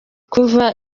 kuva